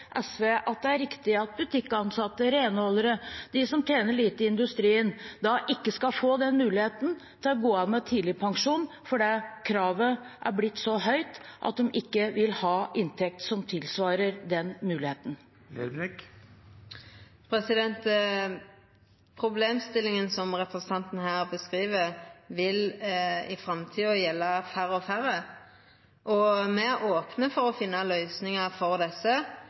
det er riktig at butikkansatte, renholdere og de som tjener lite i industrien, ikke skal få muligheten til å gå av med tidligpensjon, fordi kravet er blitt så høyt at de ikke vil ha inntekt som tilsier den muligheten? Problemstillinga som representanten beskriv her, vil i framtida gjelda færre og færre. Me er opne for å finna løysingar for